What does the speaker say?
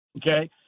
Okay